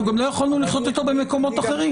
אנחנו גם לא יכולנו לחיות יותר במקומות אחרים.